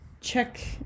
Check